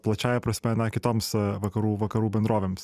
plačiąja prasme na kitoms vakarų vakarų bendrovėms